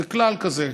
זה כלל כזה.